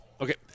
Okay